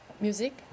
music